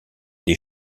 des